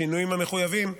בשינויים המחויבים,